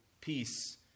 peace